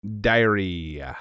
diary